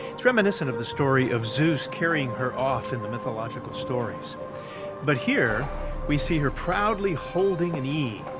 it's reminiscent of the story of zeus carrying her off in the mythological stories but here we see her proudly holding an e,